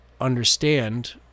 understand